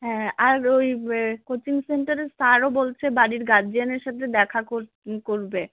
হ্যাঁ আর ওই কোচিং সেন্টারে স্যারও বলছে বাড়ির গার্জেনের সাথে দেখা কোর করবে